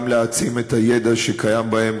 גם להעצים את הידע שקיים בהם,